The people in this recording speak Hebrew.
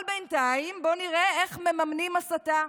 אבל בינתיים, בואו נראה איך מממנים הסתה.